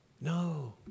No